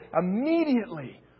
immediately